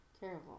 Terrible